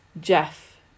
Jeff